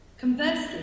Conversely